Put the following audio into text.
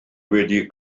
wedi